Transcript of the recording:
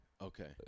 Okay